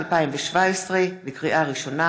ממיסים, בזיקה למיסים על הכנסה,